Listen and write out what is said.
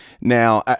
Now